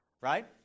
right